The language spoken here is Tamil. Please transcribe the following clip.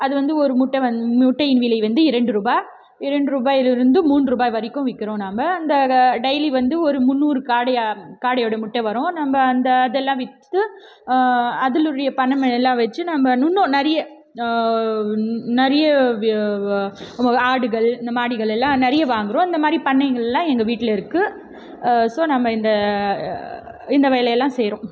அது வந்து ஒரு முட்டை வந்து முட்டையின் விலை வந்து இரண்டு ரூபாய் இரண்டு ரூபாயிலிருந்து மூன்று ரூபாய் வரைக்கும் விற்கிறோம் நாம் அந்த டெயிலி வந்து ஒரு முன்னூறு காடை காடையோட முட்டை வரும் நம்ம அந்த அதெல்லாம் விற்று அதனுடைய பணமெல்லாம் வச்சு நம்ம இன்னும் நிறைய நிறைய ஆடுகள் இந்த மாடுகள் எல்லாம் நிறைய வாங்குகிறோம் அந்த மாதிரி பண்ணைங்கெல்லாம் எங்கள் வீட்டில் இருக்குது ஸோ நம்ம இந்த இந்த வேலையெல்லாம் செய்கிறோம்